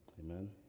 Amen